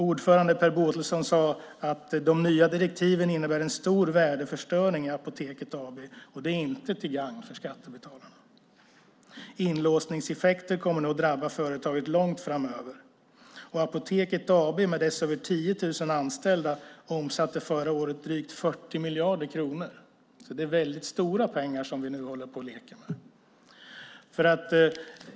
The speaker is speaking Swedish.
Ordförande Per Båtelson sade att de nya direktiven innebär en stor värdeförstöring i Apoteket AB, och det är inte till gagn för skattebetalarna. Inlåsningseffekter kommer nog att drabba företaget långt framöver, och Apoteket AB med dess över 10 000 anställda omsatte förra året drygt 40 miljarder kronor, så det är väldigt stora pengar som vi nu leker med.